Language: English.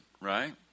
right